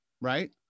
Right